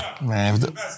man